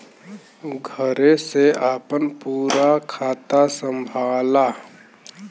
घरे से आपन पूरा खाता संभाला